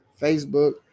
Facebook